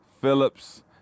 Phillips